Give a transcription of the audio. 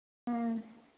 ꯑꯥ